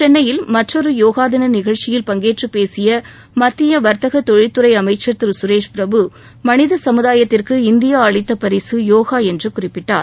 சென்னையில் மற்றொரு யோகா தின நிகழ்ச்சியில் பங்கேற்று பேசிய மத்திய வர்த்தகத் தொழில்துறை அமைச்சர் திரு சுரேஷ்பிரபு மனித சமுதாயத்திற்கு இந்தியா அளித்த பரிசு யோகா என்று குறிப்பிட்டார்